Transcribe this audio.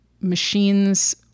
machines